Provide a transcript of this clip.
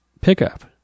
pickup